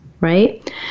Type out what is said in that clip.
right